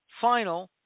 final